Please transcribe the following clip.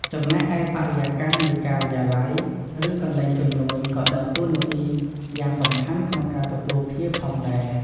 ចំណែកឯ បរិយាកាសនៃការិយាល័យ ឬកន្លែងជំនួយក៏ដើរតួនាទីយ៉ាងសំខាន់ក្នុងការទទួលភ្ញៀវផងដែរ។